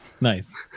Nice